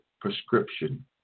prescription